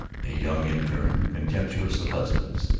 a young interne contemptuous of husbands.